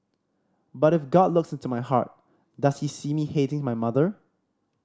but if God looks into my heart does he see me hating my mother